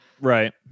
right